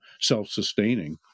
self-sustaining